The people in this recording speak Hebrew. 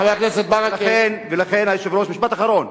חבר הכנסת ברכה, משפט אחרון.